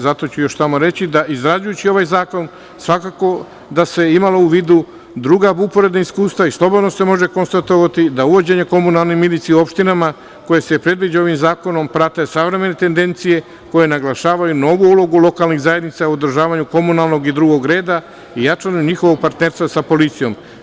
Zato ću još samo reći, da izrađujući ovaj zakon svakako da su se imalo u vidu druga uporedna iskustva i slobodno se može konstatovati da uvođenje komunalne milicije u opštinama koje se predviđa ovim zakonom prate savremene tendencije, koje naglašavaju novu ulogu lokalnih zajednica u održavanju komunalnog i drugog reda i jačanju njihovog partnerstva sa policijom.